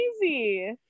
crazy